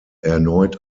erneut